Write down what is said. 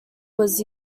was